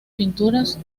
pinturas